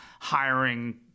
hiring